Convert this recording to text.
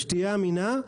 שתהיה אמינה,